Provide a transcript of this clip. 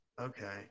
Okay